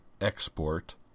export